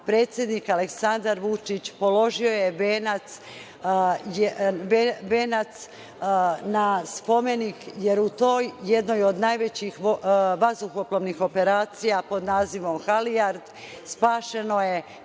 predsednik Aleksandar Vučić položio je venac na spomenik, jer u toj, jednoj od najvećih vazduhoplovnih operacija, pod nazivom „Halijard“, spašeno je 500